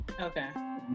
Okay